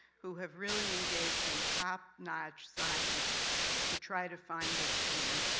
who have really engaged in top-notch science to try to find this gene,